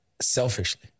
selfishly